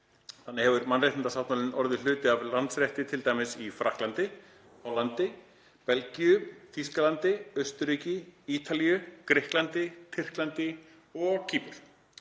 Þannig hefur mannréttindasáttmálinn orðið hluti af landsrétti, t.d. í Frakklandi, Hollandi, Belgíu, Þýskalandi, Austurríki, Ítalíu, Grikklandi, Tyrklandi og Kýpur.